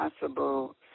possible